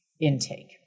intake